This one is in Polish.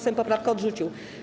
Sejm poprawkę odrzucił.